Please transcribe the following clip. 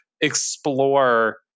explore